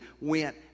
went